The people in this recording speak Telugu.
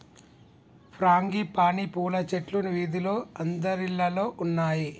ఫ్రాంగిపానీ పూల చెట్లు వీధిలో అందరిల్లల్లో ఉన్నాయి